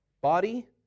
Body